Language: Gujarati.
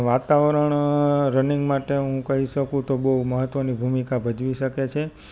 વાતાવરણ રનિંગ માટે હું કહી શકું તો બહુ મહત્વની ભૂમિકા ભજવી શકે છે